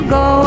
go